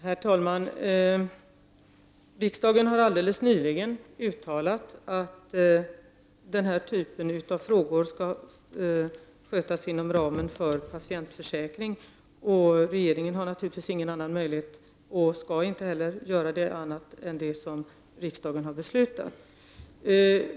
Herr talman! Riksdagen har alldeles nyligen uttalat att denna typ av frågor skall skötas inom ramen för patientförsäkringen. Regeringen har naturligtvis ingen annan möjlighet att göra annat än det som riksdagen har beslutat.